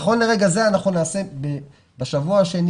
נכון לרגע זה, בשבוע השני